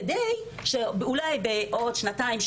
כדי שאולי בעוד שנתיים,